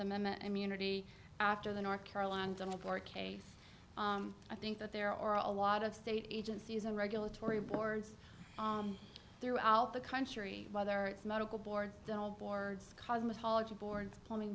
amendment immunity after the north carolina done for a case i think that there are a lot of state agencies and regulatory boards throughout the country whether it's medical boards boards cosmetology boards plumbing